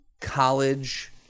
college